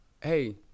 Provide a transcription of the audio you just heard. hey